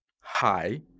Hi